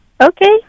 Okay